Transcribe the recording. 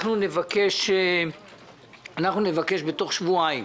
אנחנו נבקש בתוך שבועיים